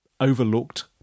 overlooked